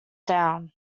down